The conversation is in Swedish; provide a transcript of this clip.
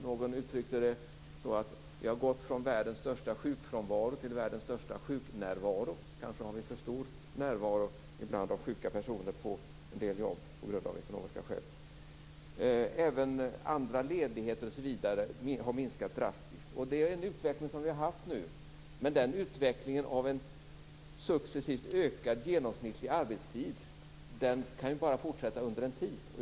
Någon uttryckte det så att vi har gått från världens största sjukfrånvaro till världens största sjuknärvaro. Kanske har vi ibland för stor närvaro av sjuka personer på en del jobb av ekonomiska skäl. Även andra ledigheter osv. har minskar drastiskt. Det är en utveckling som vi har haft nu. Men utvecklingen av en successivt ökad genomsnittlig arbetstid kan bara fortsätta under en tid.